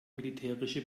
militärische